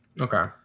Okay